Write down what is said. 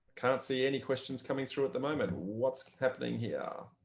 can't see any questions coming through at the moment. what's happening here?